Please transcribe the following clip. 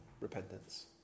repentance